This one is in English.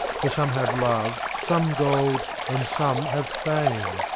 for some have love, some gold, and some have fame.